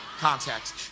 context